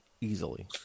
easily